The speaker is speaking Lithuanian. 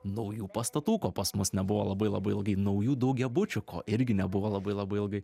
naujų pastatų ko pas mus nebuvo labai labai ilgai naujų daugiabučių ko irgi nebuvo labai labai ilgai